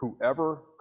whoever